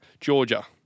Georgia